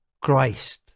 Christ